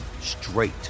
straight